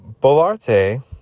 Bolarte